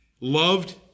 loved